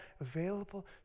available